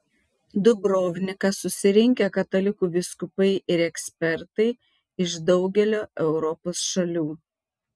dubrovniką susirinkę katalikų vyskupai ir ekspertai iš daugelio europos šalių